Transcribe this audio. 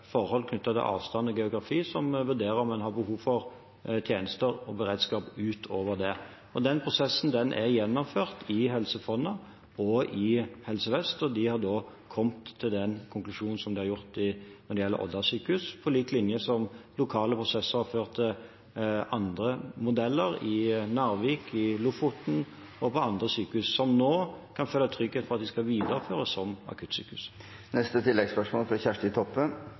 forhold knyttet til avstand og geografi man vurderer om man har behov for tjenester og beredskap utover det. Den prosessen er gjennomført i Helse Fonna og i Helse Vest, og de har kommet til den konklusjonen som de har gjort når det gjelder Odda sykehus, på lik linje med at lokale prosesser har ført til andre modeller, i Narvik, i Lofoten – og andre sykehus som nå kan føle trygghet for at de skal videreføres som akuttsykehus. Kjersti Toppe